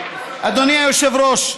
אדוני היושב-ראש,